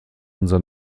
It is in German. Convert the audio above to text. unser